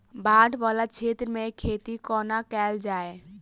बाढ़ वला क्षेत्र मे खेती कोना कैल जाय?